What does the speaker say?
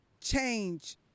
change